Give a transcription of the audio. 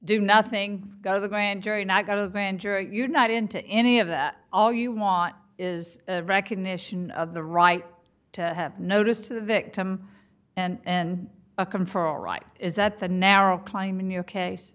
do nothing go to the grand jury not go to the grand jury you're not in to any of that all you want is recognition of the right to have notice to the victim and a can for all right is that the narrow claim in your case